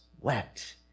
wept